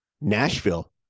Nashville